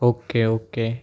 okay okay